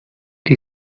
die